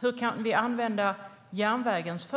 Hur kan vi använda järnvägens och